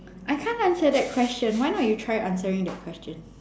I can't answer that question why not you try answering that question